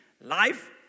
life